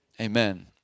Amen